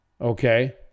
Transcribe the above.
okay